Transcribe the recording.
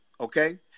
okay